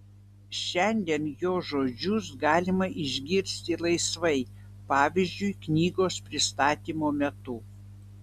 šiandien jo žodžius galima išgirsti laisvai pavyzdžiui knygos pristatymo metu